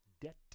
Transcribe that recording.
debt